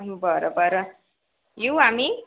बरं बरं येऊ आम्ही